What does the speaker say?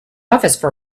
office